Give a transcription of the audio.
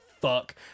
fuck